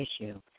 issue